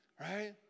right